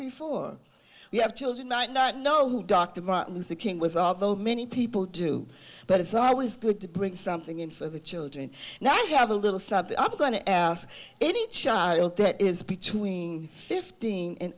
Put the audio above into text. before we have children might not know who dr martin luther king was although many people do but it's always good to bring something in for the children that have a little something i'm going to ask any child that is between fifteen and